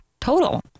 total